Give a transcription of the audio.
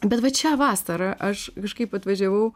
bet va čia vasarą aš kažkaip atvažiavau